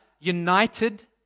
united